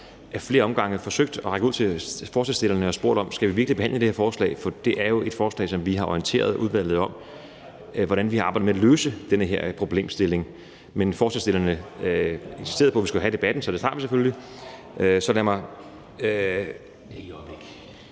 ad flere omgange har forsøgt at række ud til forslagsstillerne og spurgt, om vi virkelig skal behandle det her forslag, for det er jo et forslag, som vi har orienteret udvalget om – hvordan vi har arbejdet med at løse den her problemstilling. Men forslagsstillerne insisterede på, at vi skulle have debatten, så den tager vi selvfølgelig. Så lad mig ...